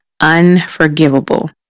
unforgivable